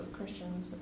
Christians